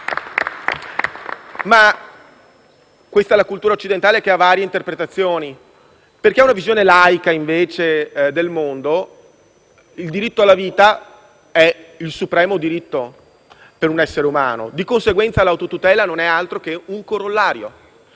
Questa è la cultura occidentale che ha varie interpretazioni. Per chi invece ha una visione laica del mondo, il diritto alla vita è il supremo diritto per un essere umano. Di conseguenza, l'autotutela non è altro che un corollario.